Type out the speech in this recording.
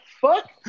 fuck